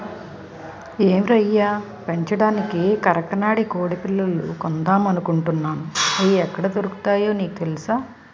ఏం రయ్యా పెంచడానికి కరకనాడి కొడిపిల్లలు కొందామనుకుంటున్నాను, అయి ఎక్కడ దొరుకుతాయో నీకు తెలుసా?